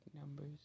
numbers